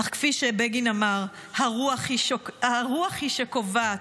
אך כפי שבגין אמר, הרוח היא שקובעת.